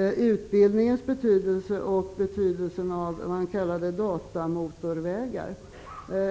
-- utbildningens betydelse och betydelsen av det som han kallade för datamotorvägar.